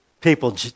people